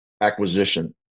acquisition